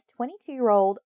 22-year-old